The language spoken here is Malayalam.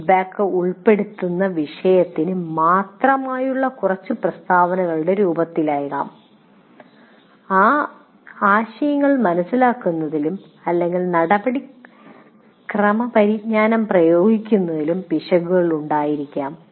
ഈ ഫീഡ്ബാക്ക് ഉൾപ്പെടുന്ന വിഷയത്തിന് മാത്രമായുള്ള കുറച്ച് പ്രസ്താവനകളുടെ രൂപത്തിലാകാം ആശയങ്ങൾ മനസിലാക്കുന്നതിലും അല്ലെങ്കിൽ നടപടിക്രമപരിജ്ഞാനം പ്രയോഗിക്കുന്നതിലും പിശകുകൾ ഉണ്ടായിരിക്കാം